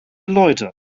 leute